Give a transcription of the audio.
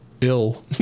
ill